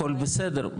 הכל בסדר.